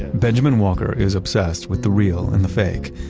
benjamen walker is obsessed with the real and the fake.